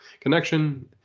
connection